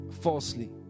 falsely